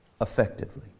effectively